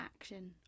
action